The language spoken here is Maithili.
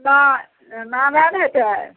नहि नाम आयल हेतय